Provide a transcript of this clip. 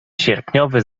sierpniowy